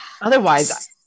Otherwise